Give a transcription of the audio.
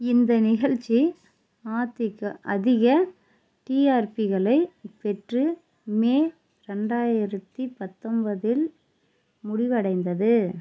இந்த நிகழ்ச்சி ஆதிக அதிக டிஆர்பிகளைப் பெற்று மே ரெண்டாயிரத்து பத்தொன்பதில் முடிவடைந்தது